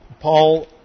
Paul